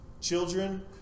children